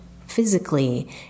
physically